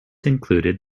included